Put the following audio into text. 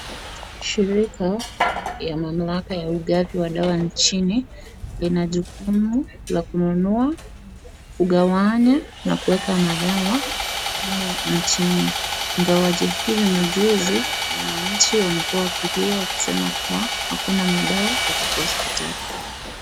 Shirika ya mamlaka ya ugavi wa dawa nchini lina jukumu la kununua, kugawanya, na kuweka madawa humu nchini. Ingawaje hivi majuzi wananchi wamekuwa wakilia wakisema kuwa hakuna madawa hospitali.